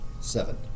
Seven